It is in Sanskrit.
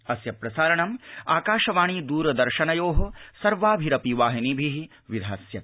अस्य प्रसारणम् आकाशवाणी दरदर्शनयोः सर्वाभिरपि वाहिनीभिः विधास्यते